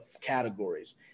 categories